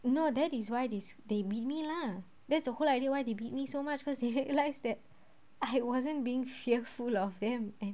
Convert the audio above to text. no that is why they they beat me lah that's the whole idea why they beat me so much cause he likes that I wasn't being fearful of them